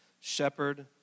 shepherd